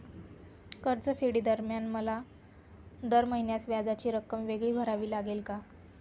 कर्जफेडीदरम्यान मला दर महिन्यास व्याजाची रक्कम वेगळी भरावी लागेल का?